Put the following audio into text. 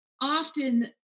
often